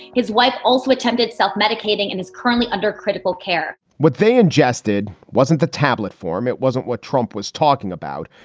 his wife also attended self-medicating and his currently under critical care what they ingested wasn't the tablet form. it wasn't what trump was talking about.